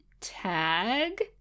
tag